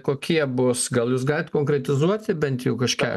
kokie bus gal jūs galite konkretizuoti bent jau kažką